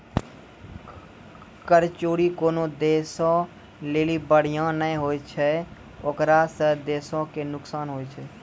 कर चोरी कोनो देशो लेली बढ़िया नै होय छै ओकरा से देशो के नुकसान होय छै